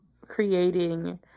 creating